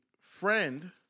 friend